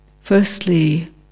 firstly